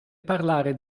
parlare